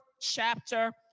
chapter